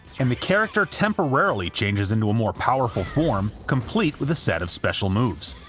and the character temporarily changes into a more powerful form complete with a set of special moves.